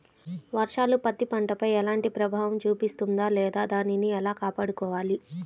వర్షాలు పత్తి పంటపై ఎలాంటి ప్రభావం చూపిస్తుంద లేదా దానిని ఎలా కాపాడుకోవాలి?